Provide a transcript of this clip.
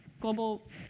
global